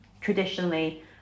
Traditionally